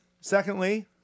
Secondly